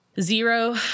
zero